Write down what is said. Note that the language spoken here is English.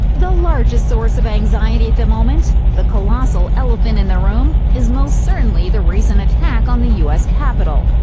the largest source of anxiety at the moment the colossal elephant in the room is most certainly the recent attack on the u s. capitol.